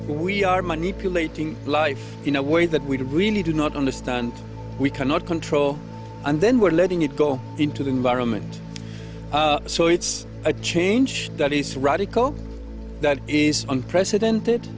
we are manipulating life in a way that we really do not understand we cannot control and then we're letting it go into the environment so it's a change that is radical that is unprecedented